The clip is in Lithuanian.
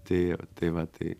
tai tai va tai